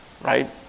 Right